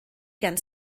gan